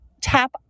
tap